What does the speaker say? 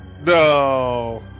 no